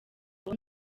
abo